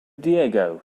diego